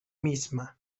misma